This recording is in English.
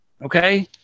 Okay